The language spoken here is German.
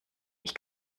ich